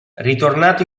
ritornato